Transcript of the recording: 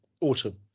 autumn